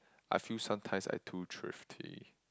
I feel sometimes I too thrifty